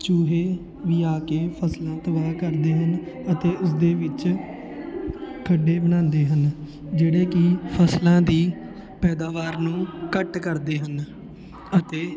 ਚੂਹੇ ਵੀ ਆ ਕੇ ਫ਼ਸਲਾਂ ਤਬਾਹ ਕਰਦੇ ਹਨ ਅਤੇ ਉਸ ਦੇ ਵਿੱਚ ਖੱਡੇ ਬਣਾਉਂਦੇ ਹਨ ਜਿਹੜੇ ਕਿ ਫ਼ਸਲਾਂ ਦੀ ਪੈਦਾਵਰ ਨੂੰ ਘੱਟ ਕਰਦੇ ਹਨ ਅਤੇ